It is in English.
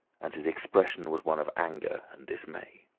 and his expression was one of anger and dismay.